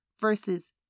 versus